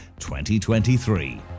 2023